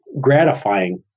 gratifying